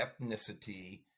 ethnicity